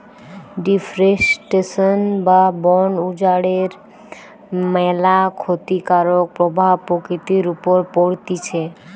deforestation বা বন উজাড়ের ম্যালা ক্ষতিকারক প্রভাব প্রকৃতির উপর পড়তিছে